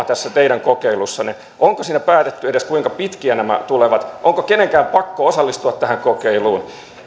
tässä teidän kokeilussanne onko siinä päätetty edes kuinka pitkiä nämä tulevat olemaan onko kenenkään pakko osallistua tähän kokeiluun